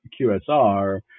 QSR